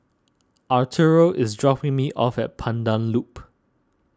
Arturo is dropping me off at Pandan Loop